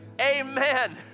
Amen